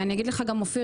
אופיר,